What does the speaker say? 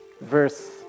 Verse